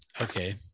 Okay